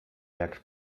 jak